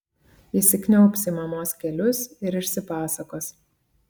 įsikniaubs į mamos kelius ir išsipasakos